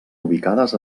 ubicades